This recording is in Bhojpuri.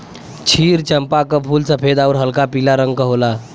क्षीर चंपा क फूल सफेद आउर हल्का पीला रंग क होला